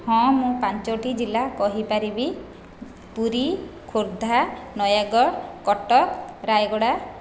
ହଁ ମୁଁ ପାଞ୍ଚଟି ଜିଲ୍ଲା କହିପାରିବି ପୁରୀ ଖୋର୍ଦ୍ଧା ନୟାଗଡ଼ କଟକ ରାୟଗଡ଼ା